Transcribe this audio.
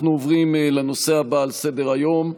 אנחנו עוברים לנושא הבא על סדר היום,